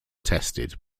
tested